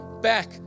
back